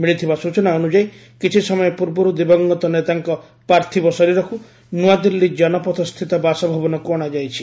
ମିଳିଥିବା ସ୍ୱଚନା ଅନୁଯାୟୀ କିଛି ସମୟ ପୂର୍ବରୁ ଦିବଂଗତ ନେତାଙ୍କ ପାର୍ଥବ ଶରୀରକୁ ନୂଆଦିଲ୍ଲୀ ଜନପଥସ୍ଥିତ ବାସଭବନକୁ ଅଣାଯାଇଛି